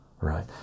right